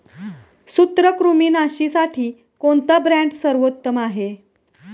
सूत्रकृमिनाशीसाठी कोणता ब्रँड सर्वोत्तम आहे?